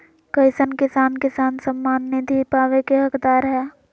कईसन किसान किसान सम्मान निधि पावे के हकदार हय?